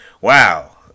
Wow